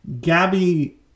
Gabby